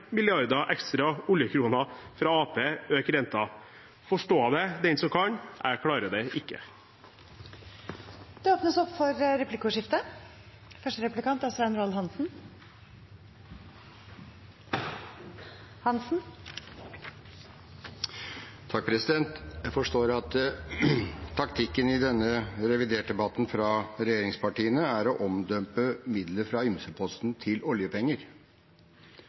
milliarder ekstra oljekroner fra Arbeiderpartiet øke renten. Forstå det den som kan – jeg klarer det ikke. Det blir replikkordskifte. Jeg forstår at taktikken fra regjeringspartiene i denne revidert-debatten er å omdøpe midler fra ymse-posten til oljepenger.